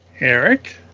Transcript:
Eric